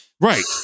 Right